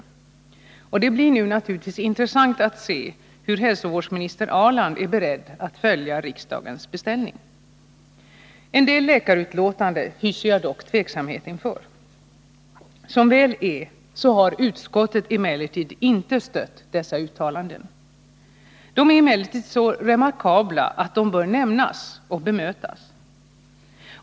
Naturligtvis blir det nu intressant att se hur hälsovårdsminister Ahrland är beredd att följa riksdagens beställning. En del läkarutlåtanden hyser jag dock tveksamhet inför. Som väl är har utskottet inte stött dessa uttalanden. De är emellertid så remarkabla att de bör nämnas och bemötas.